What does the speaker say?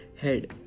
head